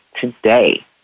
today